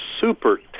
super